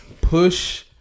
Push